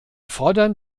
fordern